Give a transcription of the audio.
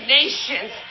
nations